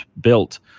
built